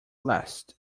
last